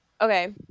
Okay